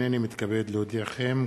הנני מתכבד להודיעכם,